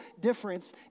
difference